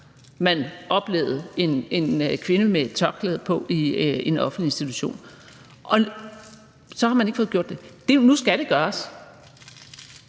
man oplevede en kvinde med et tørklæde på i en offentlig institution, og så har man ikke fået gjort det. Nu skal det gøres,